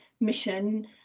mission